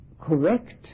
correct